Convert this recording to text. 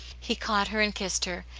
he caught her and kissed her,